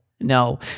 No